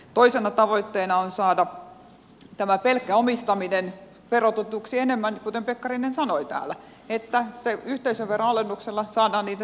toisena tavoitteena on saada pelkkä omistaminen verotetuksi enemmän kuten pekkarinen sanoi täällä että yhteisöveron alennuksella saadaan niitä työpaikkainvestointeja